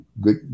good